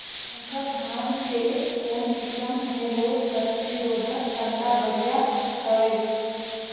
संकर धान के कौन किसम मे रोग प्रतिरोधक क्षमता बढ़िया हवे?